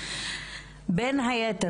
בין היתר,